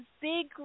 big